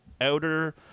outer